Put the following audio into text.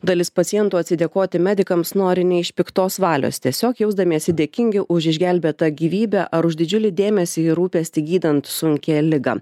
dalis pacientų atsidėkoti medikams nori ne iš piktos valios tiesiog jausdamiesi dėkingi už išgelbėtą gyvybę ar už didžiulį dėmesį ir rūpestį gydant sunkią ligą